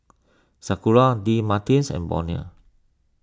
Sakura Doctor Martens and Bonia